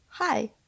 Hi